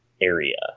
area